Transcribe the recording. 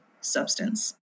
substance